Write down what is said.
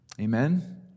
Amen